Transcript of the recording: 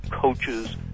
coaches